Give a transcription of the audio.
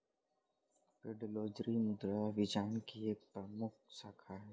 pedology मृदा विज्ञान की एक प्रमुख शाखा है